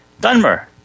Dunmer